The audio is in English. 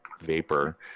vapor